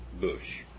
bush